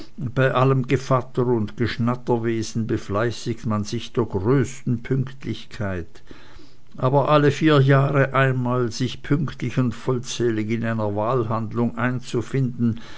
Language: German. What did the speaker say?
bei allem gevatter und geschnatterwesen befleißigt man sich der größten pünktlichkeit aber alle vier jahre einmal sich pünktlich und vollzählig zu einer wahlhandlung einzufinden